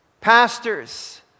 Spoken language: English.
pastors